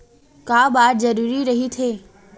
का बार जरूरी रहि थे?